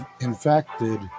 infected